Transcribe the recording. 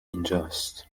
اینجاست